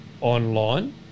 online